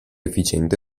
efficiente